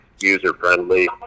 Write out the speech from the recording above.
user-friendly